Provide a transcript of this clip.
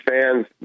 fans